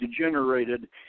degenerated